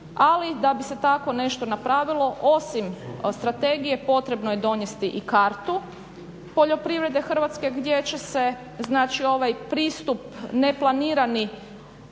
Ali da bi se tako nešto napravilo osim od strategije potrebno je donesti i kartu poljoprivrede Hrvatske gdje će se znači ovaj pristup neplanirani